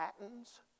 patents